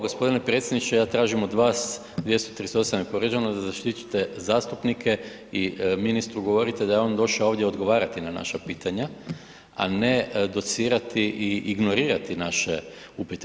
Gospodine predsjedniče, ja tražim od vas, 238. je povrijeđen da zaštite zastupnike i ministru govorite da je on došao ovdje odgovarati na naša pitanja, a ne docirati i ignorirati naše upite.